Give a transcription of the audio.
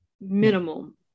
minimum